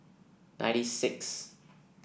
ninety sixth